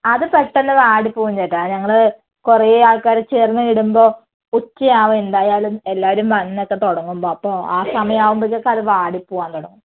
അത് പെട്ടന്ന് വാടിപ്പോകും ചേട്ടാ അത് ഞങ്ങള് കുറെ ആൾക്കാര് ചേർന്ന് ഇടുമ്പോൾ ഉച്ചയാവും എന്തായാലും എല്ലാവരും വന്നൊക്കെ തുടങ്ങുമ്പോൾ അപ്പോൾ ആ സമയാവുമ്പോത്തേക്കും അത് വാടിപ്പോകാൻ തുടങ്ങും